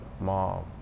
mom